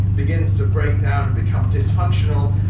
begins to break down and become dysfunctional.